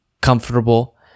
comfortable